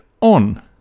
on